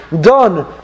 done